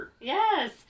yes